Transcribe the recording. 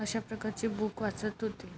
अशाप्रकारचे बुक वाचत होते